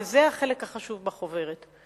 וזה החלק החשוב בחוברת,